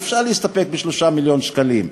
אי-אפשר להסתפק ב-3 מיליון שקלים,